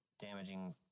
damaging